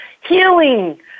healing